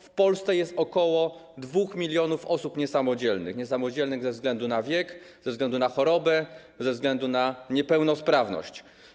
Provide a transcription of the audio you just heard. W Polsce jest ok. 2 mln osób niesamodzielnych, niesamodzielnych ze względu na wiek, ze względu na chorobę, ze względu na niepełnosprawność.